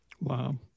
Wow